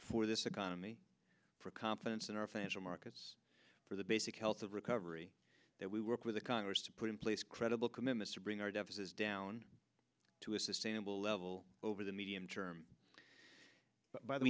for this economy for confidence in our financial markets for the basic health of recovery that we work with the congress to put in place credible commitments to bring our deficits down to a sustainable level over the medium term